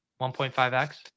1.5x